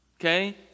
Okay